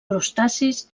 crustacis